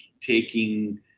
taking